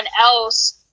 else